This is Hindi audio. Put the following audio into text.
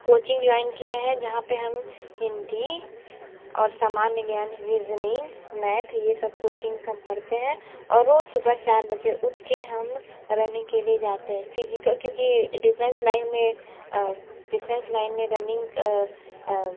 कोचिंग जॉइन किए हैं जहाँ पर हम हिंदी और सामान्य ज्ञान रीजनिंग मैथ यह सब कोचिंग का हम पढ़ते हैं और और रोज़ सुबह चार बजे उठ कर हम रनिंग के लिए जाते हैं फिजिकल क्योंकि डिफेंस लाइन में डिफेंस लाइन में रनिंग